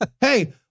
hey